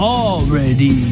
already